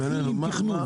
נתחיל עם תכנון.